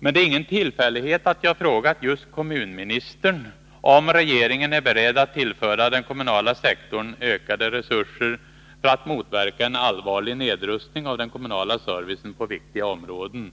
Det är ingen tillfällighet att jag frågat just kommunministern om regeringen är beredd att tillföra den kommunala sektorn ökade resurser för att motverka en allvarlig nedrustning av den kommunala servicen på viktiga områden.